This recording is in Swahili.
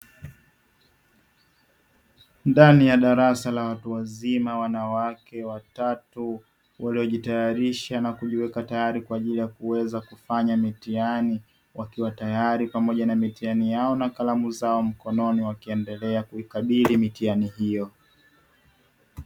Ndani ya darasa la watu wazima wanawake watatu waliojitayarisha na kujiweka tayari kwa ajili ya kuweza kufanya mitihani wakiwa tayari pamoja na mitihani yao na kalamu zao mkononi wakiendelea kuikabili mitihani hiyo.